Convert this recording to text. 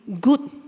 good